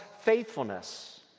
faithfulness